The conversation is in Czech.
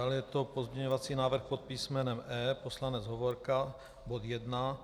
Dále je to pozměňovací návrh pod písmenem E, poslanec Hovorka, bod 1.